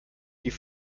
die